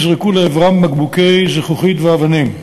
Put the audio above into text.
נזרקו לעברם בקבוקי זכוכית ואבנים.